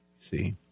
see